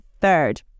third